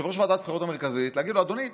ליושב-ראש ועדת הבחירות המרכזית ולהגיד לו: אדוני,